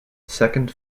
second